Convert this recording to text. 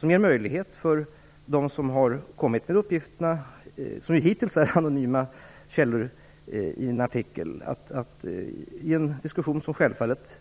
Det ger möjlighet för dem som har kommit med uppgifterna - hittills anonyma källor i en artikel - att i en diskussion som självfallet